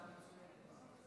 הצעה מצוינת.